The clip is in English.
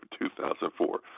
2004